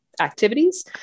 activities